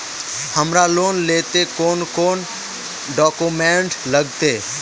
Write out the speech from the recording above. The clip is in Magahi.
हमरा लोन लेले कौन कौन डॉक्यूमेंट लगते?